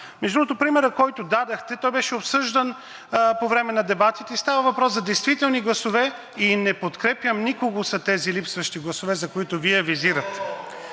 Между другото, примерът, който дадохте, беше обсъждан по време на дебатите – става въпрос за действителни гласове. „Не подкрепям никого“ са тези липсващи гласове, които Вие визирате.